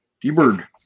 D-Bird